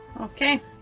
Okay